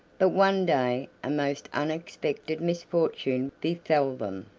but one day a most unexpected misfortune befell them.